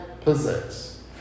possess